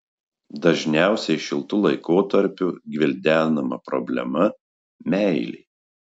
dažniausiai šiltu laikotarpiu gvildenama problema meilė